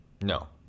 no